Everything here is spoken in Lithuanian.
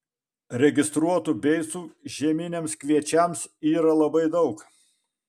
registruotų beicų žieminiams kviečiams yra labai daug